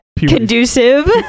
Conducive